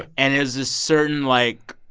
and there's a certain, like,